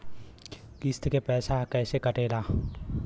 किस्त के पैसा कैसे कटेला?